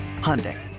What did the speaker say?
Hyundai